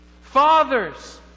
fathers